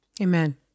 Amen